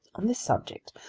on this subject,